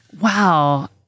Wow